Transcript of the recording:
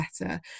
better